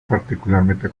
particularmente